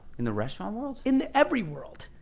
in the restaurant world? in every world.